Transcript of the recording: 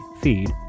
feed